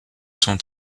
son